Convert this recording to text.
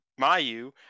mayu